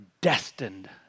destined